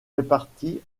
réparties